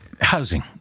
Housing